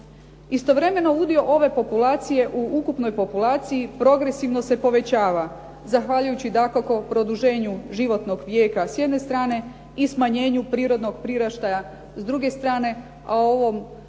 Istovremeno udio ove populacije u ukupnom populaciji progresivno se povećava zahvaljujući dakako produženju životnog vijeka s jedne strane i smanjenju prirodnog priraštaja s druge strane a o ovom